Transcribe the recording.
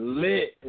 lit